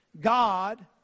God